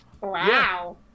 wow